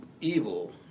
evil